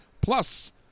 plus